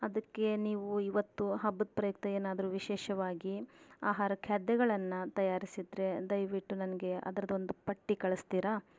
ಅದಕ್ಕೆ ನೀವು ಇವತ್ತು ಹಬ್ಬದ ಪ್ರಯುಕ್ತ ಏನಾದರೂ ವಿಶೇಷವಾಗಿ ಆಹಾರ ಖಾದ್ಯಗಳನ್ನು ತಯಾರಿಸಿದ್ದರೆ ದಯವಿಟ್ಟು ನನಗೆ ಅದರದ್ದೊಂದು ಪಟ್ಟಿ ಕಳಿಸ್ತೀರಾ